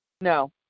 No